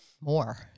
more